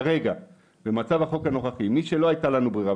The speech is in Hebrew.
הם כרגע במחתרת, הם לא רשומים אצלנו,